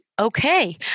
Okay